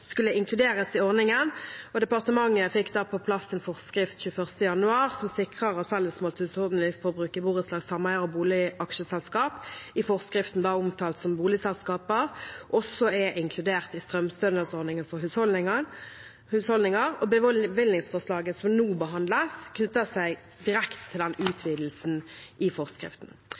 skulle inkluderes i ordningen. Den 21. januar fikk departementet på plass en forskrift som sikrer at fellesmålt husholdningsforbruk i borettslag, sameier og boligaksjeselskap, i forskriften omtalt som boligselskaper, også er inkludert i strømstønadsordningen for husholdninger. Bevilgningsforslaget som nå behandles, knytter seg direkte til den utvidelsen i forskriftene. Stønad til boligselskaper beregnes etter forskriften